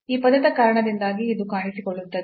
ಈ ಪದದ ಕಾರಣದಿಂದಾಗಿ ಇದು ಕಾಣಿಸಿಕೊಳ್ಳುತ್ತದೆ